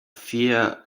vier